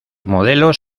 modelos